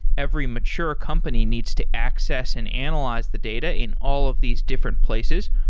every mature company needs to access and analyze the data in all of these different places,